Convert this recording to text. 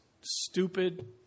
stupid